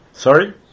Sorry